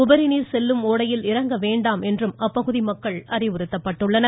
உபரி நீர் செல்லும் ஓடையில் இறங்க வேண்டாம் என்று அப்பகுதி மக்கள் அறிவுறுத்தப்பட்டுள்ளனர்